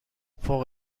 فوق